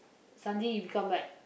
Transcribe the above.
suddenly you become like